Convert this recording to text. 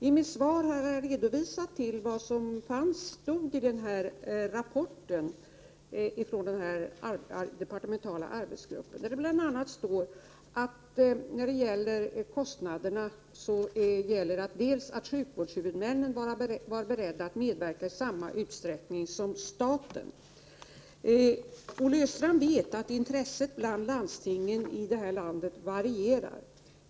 I mitt svar har jag hänvisat till rapporten från den departementala arbetsgruppen, där det bl.a. står att när det gäller kostnaderna förutsätts det att sjukvårdshuvudmännen är beredda att medverka i samma utsträckning som staten. Olle Östrand vet att intresset bland landstingen i det här landet varierar.